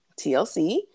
TLC